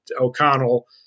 O'Connell